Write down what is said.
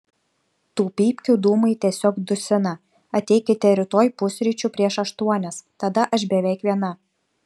tų pypkių dūmai tiesiog dusina ateikite rytoj pusryčių prieš aštuonias tada aš beveik viena